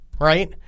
right